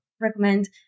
recommend